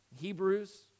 Hebrews